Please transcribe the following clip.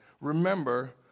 remember